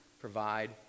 provide